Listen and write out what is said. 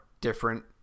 different